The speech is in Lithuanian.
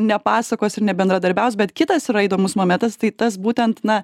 nepasakos ir nebendradarbiaus bet kitas yra įdomus momentas tai tas būtent na